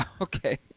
Okay